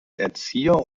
erzieher